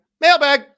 mailbag